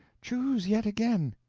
chose yet again.